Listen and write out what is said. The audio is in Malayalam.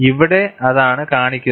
ഇവിടെ അതാണ് കാണിക്കുന്നത്